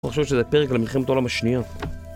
אני חושב שזה פרק למלחמת העולם השנייה